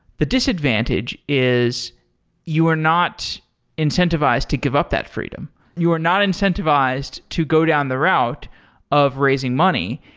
the disadvantage is you are not incentivized to give up that freedom. you are not incentivized to go down the route of raising money.